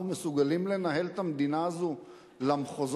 אנחנו מסוגלים לנהל את המדינה הזו למחוזות